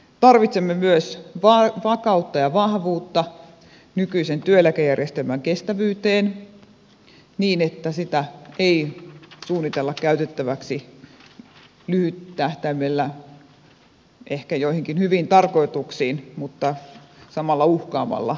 tarvitsemme myös vakautta ja vahvuutta nykyisen työeläkejärjestelmän kestävyyteen niin että sitä ei suunnitella käytettäväksi joihinkin ehkä lyhyellä tähtäimellä hyviin tarkoituksiin mutta samalla uhaten koko järjestelmää